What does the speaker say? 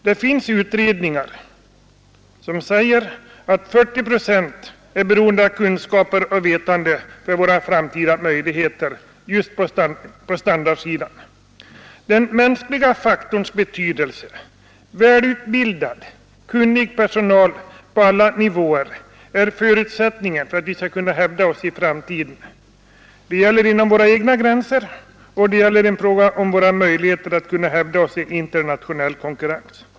Det finns utredningar som säger att 40 procent av standardhöjning och produktutveckling är beroende av kunskaper och vetande för att våra framtidsmöjligheter skall tryggas. Den mänskliga faktorn — välutbildad, kunnig personal på alla nivåer — är förutsättningen för att vi skall kunna hävda oss i framtiden. Detta gäller inom våra egna gränser, och det gäller i fråga om våra möjligheter att kunna hävda oss i internationell konkurrens.